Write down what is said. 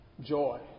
joy